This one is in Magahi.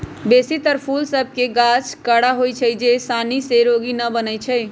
बेशी तर फूल सभ के गाछ कड़ा होइ छै जे सानी से रोगी न बनै छइ